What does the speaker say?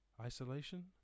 isolation